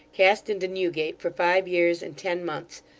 cast into newgate for five years and ten months,